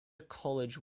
college